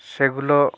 সেগুলো